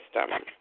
system